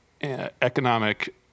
economic